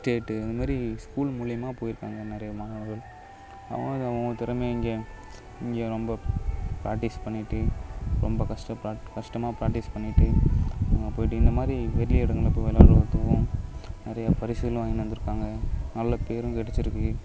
state இந்தமாதிரி school மூலயமா போயிருக்காங்க நிறையா மாணவர்கள் அவங்க அவங்க திறமையை இங்கே இங்கே ரொம்ப ப்ராக்டிஸ் பண்ணிட்டு ரொம்ப கஷ்டமாக ப்ராக்டிஸ் பண்ணிட்டு போயிட்டு இந்தமாதிரி வெளி இடங்கள் போய் விளையாடறதுக்கும் நிறையா பரிசுகள் வாங்கினு வந்திருக்காங்க நல்ல பேரும் கிடைச்சிருக்கு